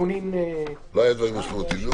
אומר